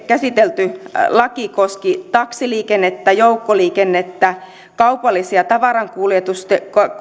käsitelty laki koski taksiliikennettä joukkoliikennettä kaupallista tavarankuljetusta